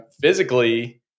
physically